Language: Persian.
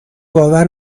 باور